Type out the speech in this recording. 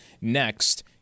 next